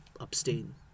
abstain